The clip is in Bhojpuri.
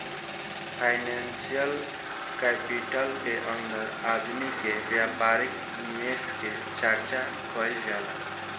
फाइनेंसियल कैपिटल के अंदर आदमी के व्यापारिक निवेश के चर्चा कईल जाला